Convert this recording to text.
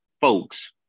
folks